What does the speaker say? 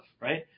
Right